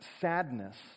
sadness